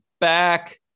back